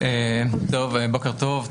בוקר טוב,